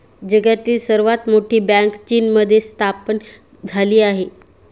जगातील सर्वात मोठी बँक चीनमध्ये स्थापन झाली आहे